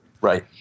Right